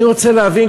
אני רוצה להבין,